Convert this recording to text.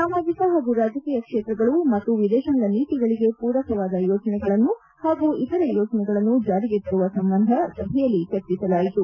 ಸಾಮಾಜಿಕ ಹಾಗೂ ರಾಜಕೀಯ ಕ್ಷೇತ್ರಗಳು ಮತ್ತು ವಿದೇಶಾಂಗ ನೀತಿಗಳಿಗೆ ಪೂರಕವಾದ ಯೋಜನೆಗಳನ್ನು ಪಾಗೂ ಇತರೆ ಯೋಜನೆಗಳನ್ನು ಜಾರಿಗೆ ತರುವ ಸಂಬಂಧ ಸಭೆಯಲ್ಲಿ ಚರ್ಚಿಸಲಾಯಿತು